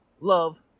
Love